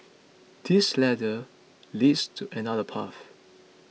this ladder leads to another path